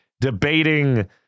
debating